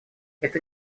это